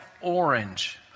orange